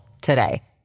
today